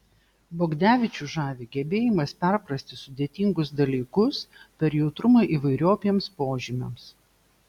bogdevičių žavi gebėjimas perprasti sudėtingus dalykus per jautrumą įvairiopiems požymiams